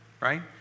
right